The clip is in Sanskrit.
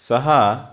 सः